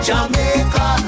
Jamaica